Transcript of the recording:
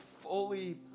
fully